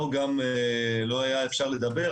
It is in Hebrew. לא היה אפשר לדבר,